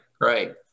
Right